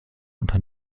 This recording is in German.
unter